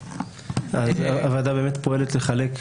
הוועדה פועלת לחלק,